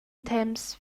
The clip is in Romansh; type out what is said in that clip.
temps